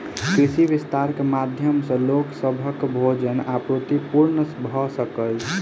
कृषि विस्तार के माध्यम सॅ लोक सभक भोजन आपूर्ति पूर्ण भ सकल